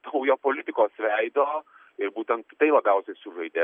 naujo politikos veido ir būtent tai labiausiai sužaidė